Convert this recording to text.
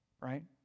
right